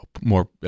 more